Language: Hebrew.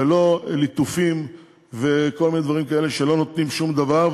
ולא ליטופים וכל מיני דברים כאלה שלא נותנים שום דבר.